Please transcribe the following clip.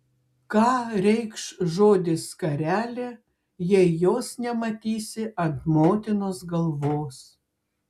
ką reikš žodis skarelė jei jos nematysi ant motinos galvos